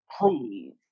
please